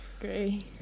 Great